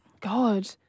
God